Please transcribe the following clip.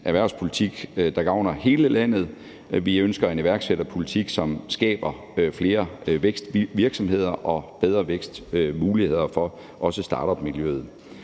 erhvervspolitik, der gavner hele landet, og vi ønsker en erhvervspolitik, som skaber flere vækstvirksomheder og bedre vækstmuligheder også for startupmiljøet.